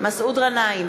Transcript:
מסעוד גנאים,